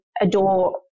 adore